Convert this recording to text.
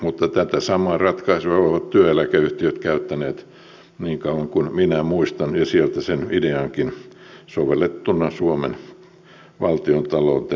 mutta tätä samaa ratkaisua ovat työeläkeyhtiöt käyttäneet niin kauan kuin minä muistan ja sieltä sen ideankin sovellettuna suomen valtiontalouteen hain